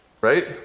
right